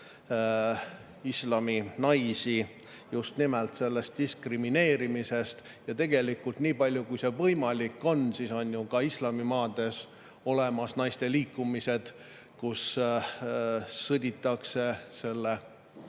islami naisi diskrimineerimisest. Ja tegelikult nii palju kui see võimalik on, on ju ka islamimaades olemas naiste liikumised, mis sõdivad selle